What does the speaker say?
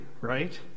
right